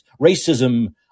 racism